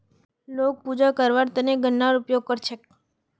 लोग पूजा करवार त न गननार उपयोग कर छेक